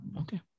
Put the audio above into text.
Okay